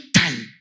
time